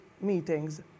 meetings